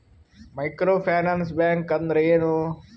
Micro finance bank ಅಂದ್ರ ಏನು?